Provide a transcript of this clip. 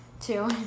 Two